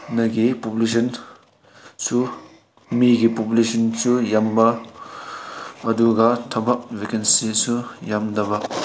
ꯑꯗꯒꯤ ꯄꯣꯄꯨꯂꯦꯁꯟꯁꯨ ꯃꯤꯒꯤ ꯄꯣꯄꯨꯂꯦꯁꯟꯁꯨ ꯌꯥꯝꯕ ꯑꯗꯨꯒ ꯊꯕꯛ ꯚꯦꯀꯦꯟꯁꯤꯁꯨ ꯌꯥꯝꯗꯕ